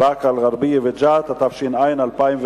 באקה-אל-ע'רביה וג'ת), התשס"ט 2009,